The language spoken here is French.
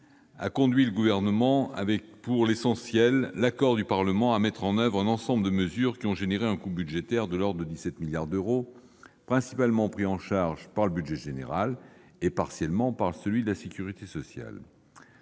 a conduit le Gouvernement, avec, pour l'essentiel, l'accord du Parlement, à mettre en oeuvre un ensemble de mesures d'un coût budgétaire de l'ordre de 17 milliards d'euros, principalement pris en charge par le budget général et, partiellement, par celui de la sécurité sociale.